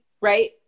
right